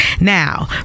Now